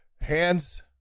hands